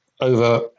over